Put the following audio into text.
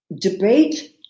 debate